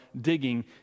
digging